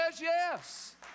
yes